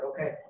okay